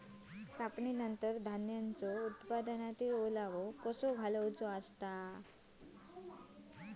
कापणीनंतर धान्यांचो उत्पादनातील ओलावो कसो घालवतत?